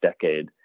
decade